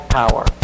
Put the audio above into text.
power